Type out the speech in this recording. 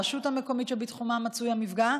הרשות המקומית שבתחומה מצוי המפגע,